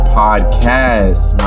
podcast